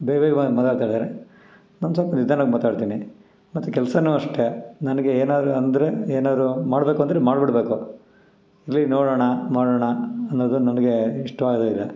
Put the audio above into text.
ಬೇಬೇಗ ಮಾತಾಡ್ತಾರೆ ನಾನು ಸ್ವಲ್ಪ ನಿಧಾನಕ್ ಮಾತಾಡ್ತೀನಿ ಮತ್ತು ಕೆಲಸ ಅಷ್ಟೇ ನನಗೆ ಏನಾದರೂ ಅಂದರೆ ಏನಾದರೂ ಮಾಡಬೇಕು ಅಂದರೆ ಮಾಡಿಬಿಡ್ಬೇಕು ಇರಲಿ ನೋಡೋಣ ಮಾಡೋಣ ಅನ್ನೋದು ನನಗೆ ಇಷ್ಟವಾಗೋದಿಲ್ಲ